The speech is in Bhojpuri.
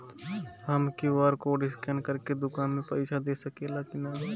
हम क्यू.आर कोड स्कैन करके दुकान में पईसा दे सकेला की नाहीं?